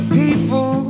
people